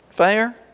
Fair